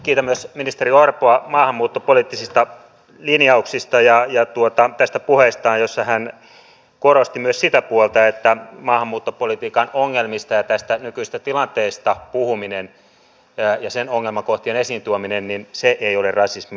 kiitän myös ministeri orpoa maahanmuuttopoliittisista linjauksista ja tästä puheesta jossa hän korosti myös sitä puolta että maahanmuuttopolitiikan ongelmista ja tästä nykyisestä tilanteesta puhuminen ja sen ongelmakohtien esiin tuominen ei ole rasismia